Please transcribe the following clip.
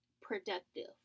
productive